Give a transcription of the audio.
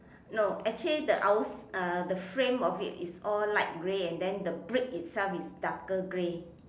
no actually the outs~ uh the frame of it is all light grey and the brick itself is darker grey